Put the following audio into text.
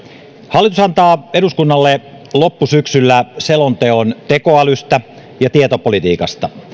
hallitus antaa eduskunnalle loppusyksyllä selonteon tekoälystä ja tietopolitiikasta